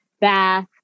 bath